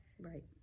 Right